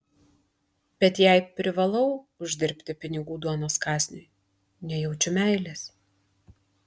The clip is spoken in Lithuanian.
bet jei privalau uždirbti pinigų duonos kąsniui nejaučiu meilės